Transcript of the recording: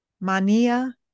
mania